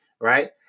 Right